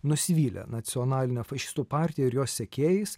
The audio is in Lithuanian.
nusivylė nacionaline fašistų partija ir jos sekėjais